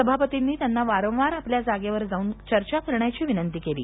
सभापतींनी त्यांना वारंवार आपल्या जागेवर जाऊन चर्चा करण्याची दिनंती केली